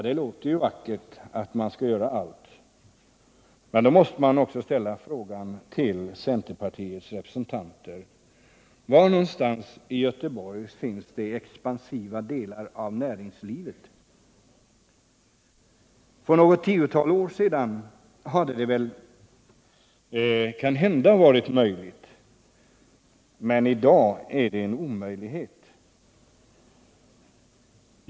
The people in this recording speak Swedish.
Det låter ju vackert, men då måste man ställa frågan till centerpartiets representanter: Var någonstans i Göteborg finns de expansiva delarna av näringslivet? För något tiotal år sedan hade det kanhända varit möjligt — i dag är det en omöjlighet.